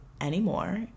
anymore